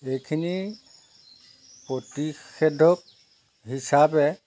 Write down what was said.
এইখিনি প্ৰতিষেধক হিচাপে